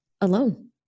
alone